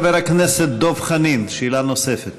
חבר הכנסת דב חנין, שאלה נוספת.